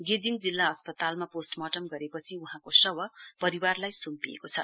गेजिङ जिल्ला अस्पतालमा पोस्टमार्टम गरेपछि वहाँको शव परिवारलाई सुम्पिएको छ